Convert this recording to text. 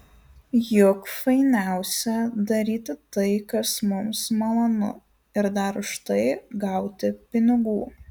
juk fainiausia daryti tai kas mums malonu ir dar už tai gauti pinigų